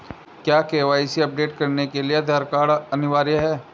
क्या KYC update करने के लिए आधार कार्ड अनिवार्य है?